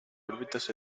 órbitas